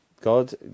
God